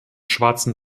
schwarzen